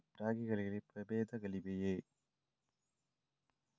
ರಾಗಿಗಳಲ್ಲಿ ಪ್ರಬೇಧಗಳಿವೆಯೇ?